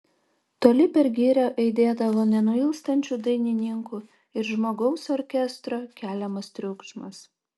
toli per girią aidėdavo nenuilstančių dainininkų ir žmogaus orkestro keliamas triukšmas